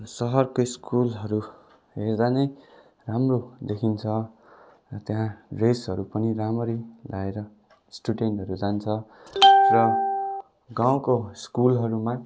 सहरको स्कुलहरू हर्दा नै राम्रो देखिन्छ त्यहाँ ड्रेसहरू पनि राम्ररी लाएर स्टुडेन्टहरू जान्छ र गाउँको स्कुलहरूमा